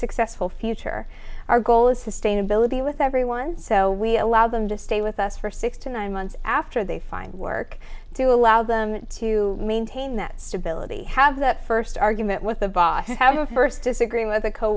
successful future our goal is sustainability with everyone so we allow them to stay with us for six to nine months after they find work to allow them to maintain that stability have the first argument with the boss have a first disagreeing with a